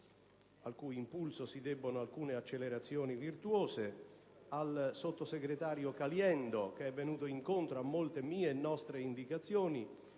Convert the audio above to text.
al cui impulso si debbono alcune accelerazioni virtuose, al sottosegretario Caliendo, che è venuto incontro a molte mie e nostre indicazioni,